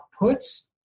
outputs